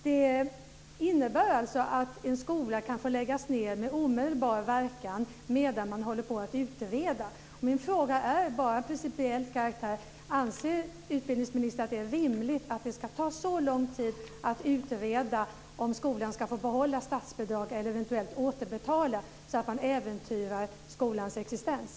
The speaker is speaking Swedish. Det innebär alltså att en skola kan få läggas ned med omedelbar verkan medan man håller på att utreda. Min fråga är bara av principiell karaktär: Anser utbildningsministern att det är rimligt att det ska ta så lång tid att utreda om skolan ska få behålla statsbidraget eller eventuellt återbetala det så att man äventyrar skolans existens?